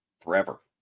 Forever